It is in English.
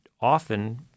often